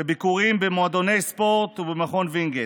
וביקורים במועדוני ספורט ובמכון וינגייט.